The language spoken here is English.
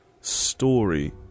story